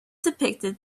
depicted